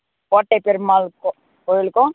கோட்டை பெருமாள் கோவிலுக்கும்